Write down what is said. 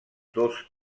dos